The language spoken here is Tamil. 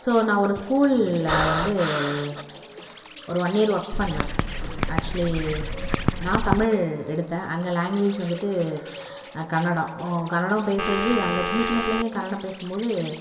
ஸோ நான் ஒரு ஸ்கூலில் வந்து ஒரு ஒரு ஒன் இயர் ஒர்க் பண்ணிணேன் ஆக்சுவலி நான் தமிழ் எடுத்தேன் அங்கே லாங்குவேஜ் வந்துட்டு கன்னடம் கன்னடம் பேசுறது அங்கே சின்ன சின்ன பிள்ளைங்கள் கன்னடம் பேசும் போது